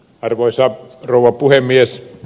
arvoisa rouva puhemies